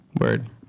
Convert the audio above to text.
Word